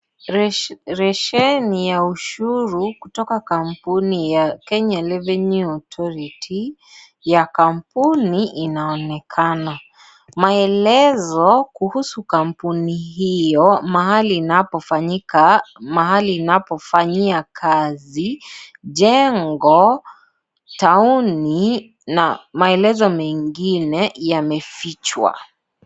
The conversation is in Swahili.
Leseni ya ushuru kutoka kampuni ya kenya revenue authority ya kampuni inaonekana. Maelezo kuhusu kampuni hiyo, mahali inapofanyika, mahali inapofanyia kazi, jengo, taoni na maelezo mengine yamefichwa.